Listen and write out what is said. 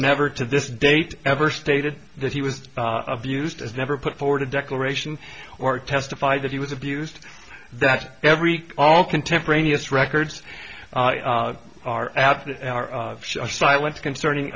never to this date ever stated that he was abused as never put forward a declaration or testified that he was abused that every all contemporaneous records are absent silent concerning